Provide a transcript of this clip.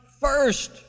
first